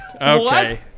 Okay